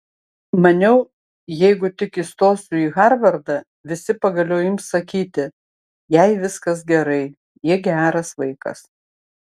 maniau jeigu tik įstosiu į harvardą visi pagaliau ims sakyti jai viskas gerai ji geras vaikas